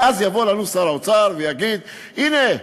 ואז יבוא אלינו שר האוצר ויגיד: הנה,